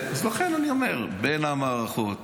לכן אני אומר: אז בין המערכות